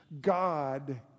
God